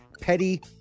Petty